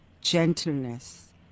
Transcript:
gentleness